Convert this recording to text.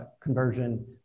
conversion